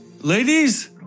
Ladies